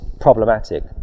problematic